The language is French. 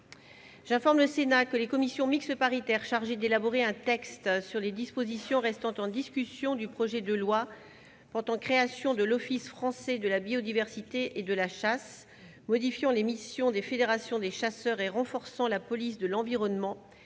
J'informe le Sénat que les commissions mixtes paritaires chargées d'élaborer un texte sur les dispositions restant en discussion du projet de loi portant création de l'Office français de la biodiversité et de la chasse, modifiant les missions des fédérations des chasseurs et renforçant la police de l'environnement